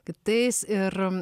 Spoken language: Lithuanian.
kitais ir